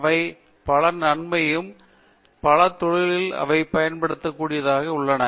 அவை பல நன்மையும் பல தொழில்களில் அவை பயன்படுத்தக்கூடிய பயன்பாடும் உள்ளன